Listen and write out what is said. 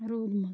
روٗدمُت